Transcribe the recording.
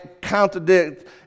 contradict